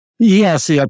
Yes